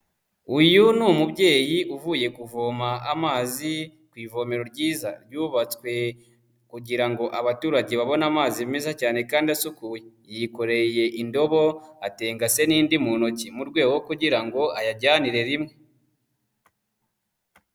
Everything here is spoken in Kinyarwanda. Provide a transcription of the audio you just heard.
Uyu ni umubyeyi uvuye kuvoma amazi ku ivomero ryiza ryubatswe kugira ngo abaturage babone amazi meza cyane kandi asukuye, yikoreye indobo atengase n'indi mu ntoki mu rwego rwo kugira ngo ayajyanire rimwe.